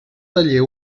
taller